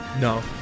No